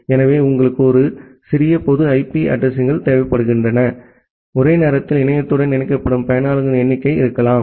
எனவே உங்களுக்கு ஒரு சிறிய பொது ஐபி அட்ரஸிங் கள் தேவைப்படுகின்றன ஒரே நேரத்தில் இணையத்துடன் இணைக்கப்படும் பயனர்களின் எண்ணிக்கையாக இருக்கலாம்